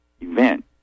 event